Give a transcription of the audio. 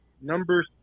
number